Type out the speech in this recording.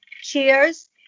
cheers